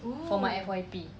for my F_Y_P